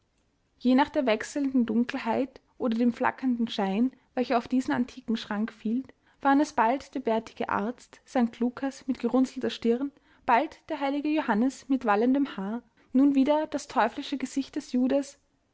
je nach der wechselnden dunkelheit oder dem flackernden schein welcher auf diesen antiken schrank fiel waren es bald der bärtige arzt sankt lukas mit gerunzelter stirn bald der heilige johannes mit wallendem haar nun wieder das teuflische gesicht des judas